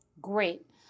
Great